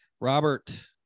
Robert